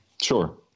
Sure